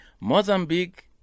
Mozambique